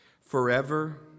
forever